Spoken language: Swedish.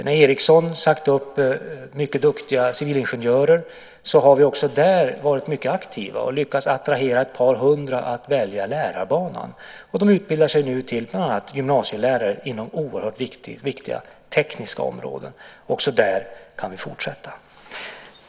När Ericsson har sagt upp mycket duktiga civilingenjörer har vi varit aktiva och har lyckats attrahera ett par hundra att välja lärarbanan. De utbildar sig nu till bland annat gymnasielärare inom oerhört viktiga tekniska områden. Också där kan vi fortsätta.